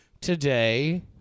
today